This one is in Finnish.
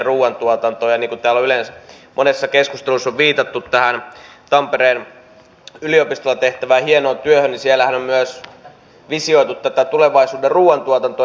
niin kuin täällä monessa keskustelussa on viitattu tähän tampereen yliopistolla tehtävään hienoon työhön niin siellähän on myös visioitu tätä tulevaisuuden ruuantuotantoa